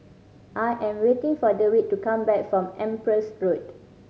I am waiting for Dewitt to come back from Empress Road